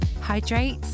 hydrate